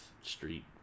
Street